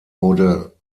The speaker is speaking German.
wurde